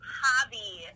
hobby